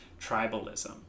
tribalism